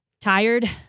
Tired